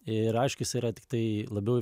ir aišku jis yra tiktai labiau